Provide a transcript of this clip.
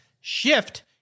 Shift